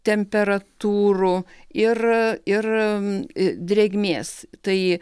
temperatūrų ir ir drėgmės tai